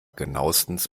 genauestens